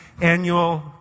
annual